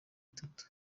atatu